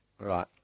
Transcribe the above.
right